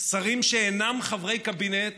שרים שאינם חברי קבינט